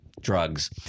drugs